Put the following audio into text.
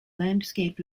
landscaped